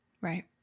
right